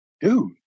dude